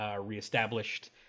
reestablished